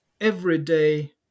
everyday